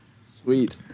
Sweet